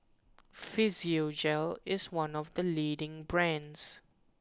Physiogel is one of the leading brands